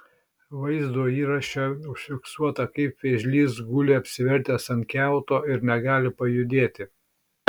vaizdo įraše užfiksuota kaip vėžlys guli apsivertęs ant kiauto ir negali pajudėti